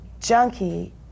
junkie